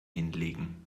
hinlegen